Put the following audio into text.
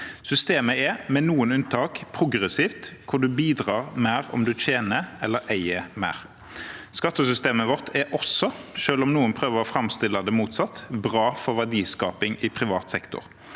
Systemet er, med noen unntak, progressivt – man bidrar mer om man tjener eller eier mer. Skattesystemet vårt er også, selv om noen prøver å framstille det motsatt, bra for verdiskapingen i privat sektor.